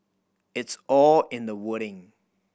it's all in the wording